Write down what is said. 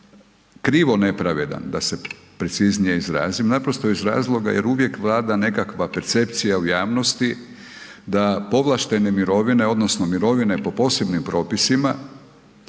krivo nepravedan da se preciznije izrazim naprosto iz razloga jer uvijek vlada nekakva percepcija u javnosti da povlaštene mirovine odnosno mirovine po posebnim propisima